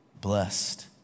Blessed